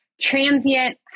transient